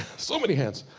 so many hands!